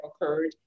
occurred